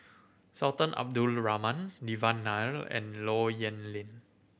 Sultan Abdul Rahman Devan Nair and Low Yen Ling